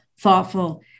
thoughtful